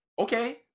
okay